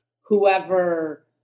whoever